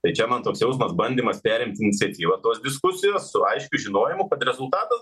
tai čia man toks jausmas bandymas perimti iniciatyvą tos diskusijos su aiškiu žinojimu kad rezultatas